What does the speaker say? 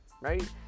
right